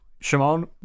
Shimon